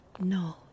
No